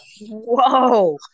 Whoa